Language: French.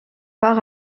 part